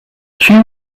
chew